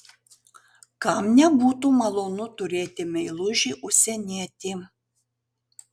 kam nebūtų malonu turėti meilužį užsienietį